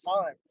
time